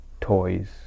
toys